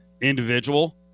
individual